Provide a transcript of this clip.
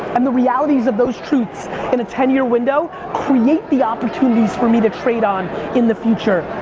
and the realities of those truths in a ten year window, create the opportunities for me to trade on in the future.